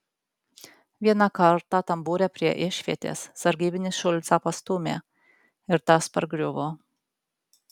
vieną kartą tambūre prie išvietės sargybinis šulcą pastūmė ir tas pargriuvo